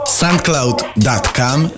soundcloud.com